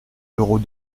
d’euros